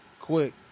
Quick